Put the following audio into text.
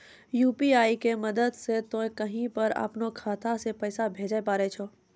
UPI के मदद से तोय कहीं पर अपनो खाता से पैसे भेजै पारै छौ